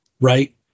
right